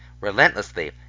relentlessly